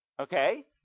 okay